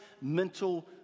mental